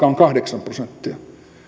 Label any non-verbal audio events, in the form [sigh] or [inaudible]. [unintelligible] on kahdeksan prosenttia